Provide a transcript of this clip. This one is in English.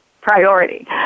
Priority